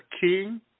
king